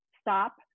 stop